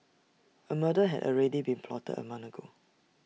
A murder had already been plotted A month ago